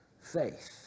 Faith